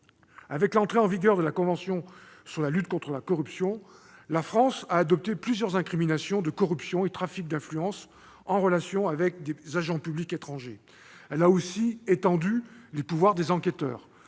Avec l'entrée en vigueur de la convention sur la lutte contre la corruption, la France a adopté plusieurs incriminations de corruption et de trafic d'influence en relation avec des agents publics étrangers. Elle a aussi étendu les pouvoirs des enquêteurs.